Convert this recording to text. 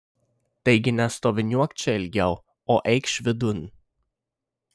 taigi nestoviniuok čia ilgiau o eikš vidun